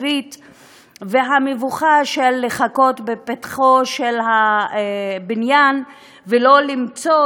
והמבוכה של לחכות בפתחו של הבניין ולא למצוא,